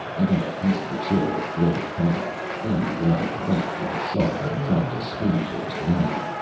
i got a piece of the chair that floated by, found the end cracked and sharp, and tried to spin towards grundy,